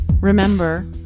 Remember